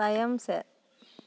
ᱛᱟᱭᱚᱢ ᱥᱮᱫ